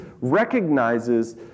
recognizes